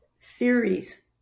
theories